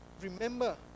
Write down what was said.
Remember